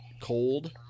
cold